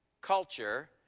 culture